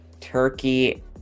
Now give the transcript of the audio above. Turkey